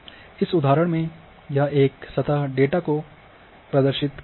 इस उदाहरण में यह एक सतत डेटा को प्रदर्शित कर रहा है